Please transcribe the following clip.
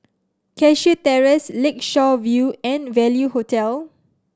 Cashew Terrace Lakeshore View and Value Hotel